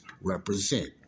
represent